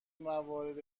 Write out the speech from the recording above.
موارد